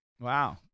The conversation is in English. Wow